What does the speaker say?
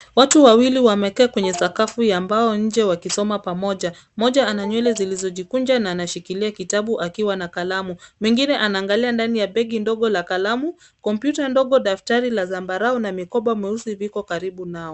Watu wawili wamekaa kwenye sakafu ya mbao nje wakisoma pamoja. Mmoja ana nywele zilizojikunja na anashikilia kitabu akiwa na kalamu wengine anaangalia ndani ya begi ndogo la kalamu, kompyuta ndogo, daftari la zambarau na mikoba mweusi viko karibu nao.